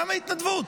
למה התנדבות?